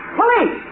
police